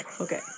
Okay